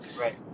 Right